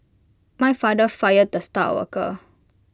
my father fired the star worker